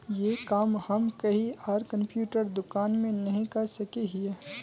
ये काम हम कहीं आर कंप्यूटर दुकान में नहीं कर सके हीये?